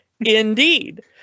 Indeed